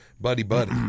buddy-buddy